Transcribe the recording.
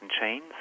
chains